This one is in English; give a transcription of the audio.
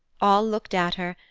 all looked at her,